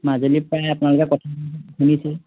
মাজুলীৰ পৰাই আপোনালোকে কথা শুনিছেই